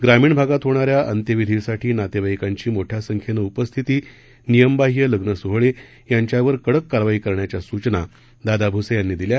ग्रामीण भागात होणाऱ्या अंत्यविधीसाठी नातेवाईकांची मोठ्या संख्येनं उपस्थिती नियमबाह्य लग्न सोहळे यांच्यावर कडक कारवाई करण्याच्या सूचना दादा भूसे यांनी दिल्या